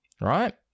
right